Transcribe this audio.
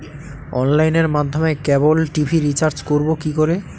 অনলাইনের মাধ্যমে cable TV recharge করব কি করে?